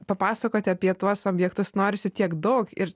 papasakoti apie tuos objektus norisi tiek daug ir